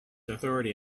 authority